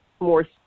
more